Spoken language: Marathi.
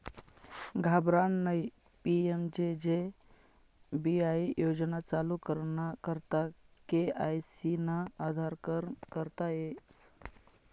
घाबरानं नयी पी.एम.जे.जे बीवाई योजना चालू कराना करता के.वाय.सी ना आधारकन करता येस